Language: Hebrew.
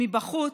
מבחוץ,